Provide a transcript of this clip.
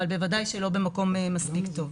אבל בוודאי שלא במקום טוב מספיק.